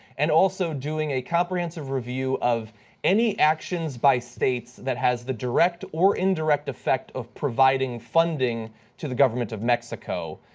and also doing a comprehensive review of any actions by states that has the direct or indirect effect of providing funding to the government of mexico.